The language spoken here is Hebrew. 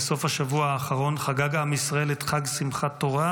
בסוף השבוע האחרון חגג עם ישראל את חג שמחת תורה,